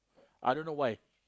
I don't know why